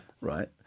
Right